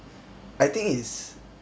I think it's